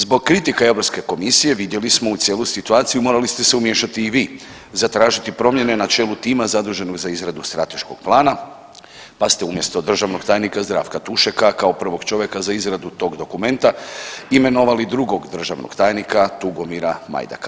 Zbog kritika Europske komisije vidjeli smo u cijelu situaciju morali ste se umiješati i vi i zatražiti promjene na čelu tima zaduženog za izradu strateškog plana, pa ste umjesto državnog tajnika Zdravka Tušeka kao prvog čovjeka za izradu tog dokumenta imenovali drugog državnog tajnika Tugomira Majdaka.